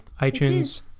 iTunes